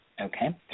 Okay